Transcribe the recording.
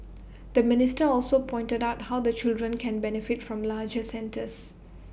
the minister also pointed out how the children can benefit from larger centres